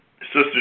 Sister